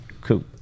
cool